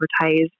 advertise